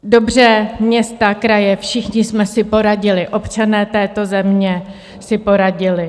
Dobře, města, kraje, všichni jsme si poradili, občané této země si poradili.